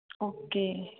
okay